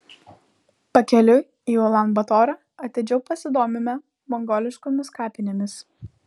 pakeliui į ulan batorą atidžiau pasidomime mongoliškomis kapinėmis